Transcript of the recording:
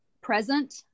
present